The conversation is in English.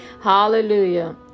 Hallelujah